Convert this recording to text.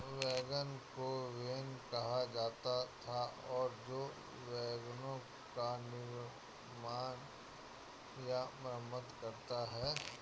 wagon को van कहा जाता था और जो वैगनों का निर्माण या मरम्मत करता है